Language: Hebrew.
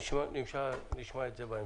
נשמע בהמשך.